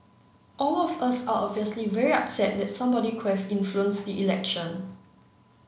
all of us are obviously very upset that somebody could have influenced the election